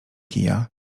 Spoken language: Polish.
kija